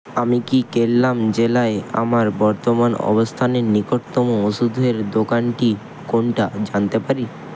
আমি কি কোল্লাম জেলায় আমার বর্তমান অবস্থানের নিকটতম ওষুধের দোকানটি কোনটা জানতে পারি